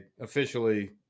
officially